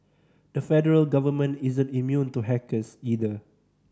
the federal government isn't immune to hackers either